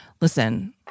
listen